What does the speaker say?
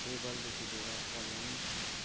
टेबलदेखि लिएर पलङ